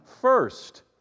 first